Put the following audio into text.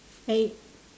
I